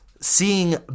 seeing